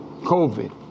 COVID